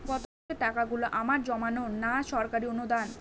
গত মাসের তোলা টাকাগুলো আমার জমানো না সরকারি অনুদান?